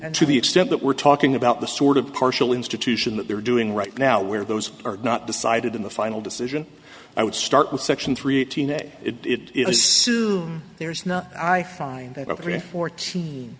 and to the extent that we're talking about the sort of partial institution that they're doing right now where those are not decided in the final decision i would start with section three eighteen a it assume there's not i find